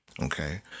Okay